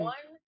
One